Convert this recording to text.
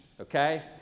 okay